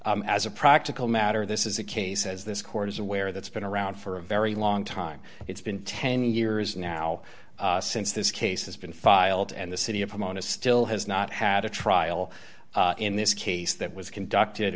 as a practical matter this is a case as this court is aware that's been around for a very long time it's been ten years now since this case has been filed and the city of amman is still has not had a trial in this case that was conducted